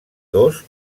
dos